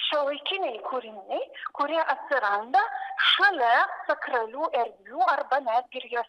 šiuolaikiniai kūriniai kurie atsiranda šalia sakralių erdvių arba netgi ir jos